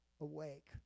awake